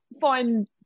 find